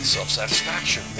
self-satisfaction